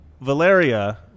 Valeria